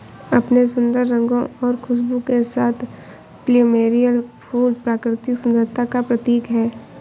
अपने सुंदर रंगों और खुशबू के साथ प्लूमेरिअ फूल प्राकृतिक सुंदरता का प्रतीक है